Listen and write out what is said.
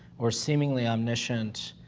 or seemingly omniscient,